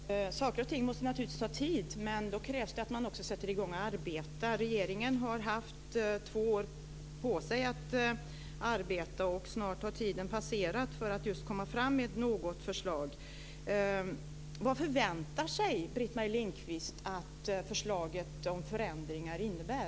Fru talman! Saker och ting måste naturligtvis ta tid, men då krävs det att man också sätter i gång och arbetar. Regeringen har haft två år på sig att arbeta, och snart har tiden passerat för att lägga fram ett förslag. Vad förväntar sig Britt-Marie Lindkvist att förslaget om förändringar innebär?